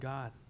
God